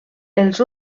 els